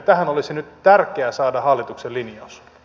tähän olisi nyt tärkeää saada hallituksen linjaus